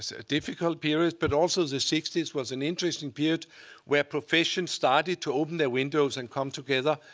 ah difficult period. but also, the sixty s was an interesting period where profession started to open their windows and come together.